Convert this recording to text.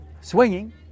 swinging